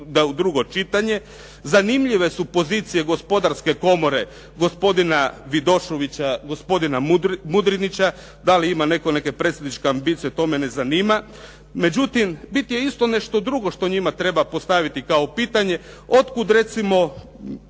ide u drugo čitanje. Zanimljive su pozicije Gospodarske komore gospodina Vidoševića, gospodina Mudrinića. Da li ima netko neke predsjedničke ambicije to me ne zanima. Međutim, bit je isto nešto drugo što njima treba postaviti kao pitanje. Od kuda recimo